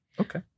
Okay